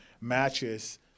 matches